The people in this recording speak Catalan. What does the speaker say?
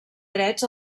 drets